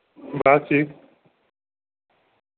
बस ठीक